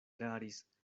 eraris